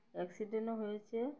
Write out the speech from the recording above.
অ্যাক্সিডেন্টও হয়েছে